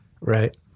Right